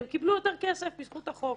הם קיבלו יותר כסף בזכות החוק.